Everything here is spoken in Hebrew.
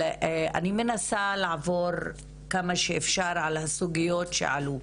אני מנסה לעבור כמה שאפשר על הסוגיות שעלו,